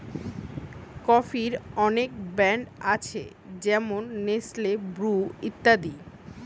কফির অনেক ব্র্যান্ড আছে যেমন নেসলে, ব্রু ইত্যাদি